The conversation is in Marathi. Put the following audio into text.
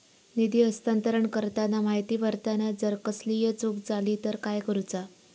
निधी हस्तांतरण करताना माहिती भरताना जर कसलीय चूक जाली तर काय करूचा?